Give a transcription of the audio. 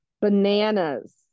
Bananas